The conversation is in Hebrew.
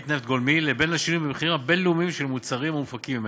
נפט גולמי לבין השינויים במחירים הבין-לאומיים של המוצרים המופקים ממנו,